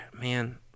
man